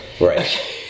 Right